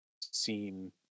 seen